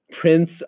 Prince